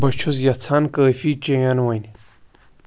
بہٕ چھُس یژھان کٲفی چین وۄنۍ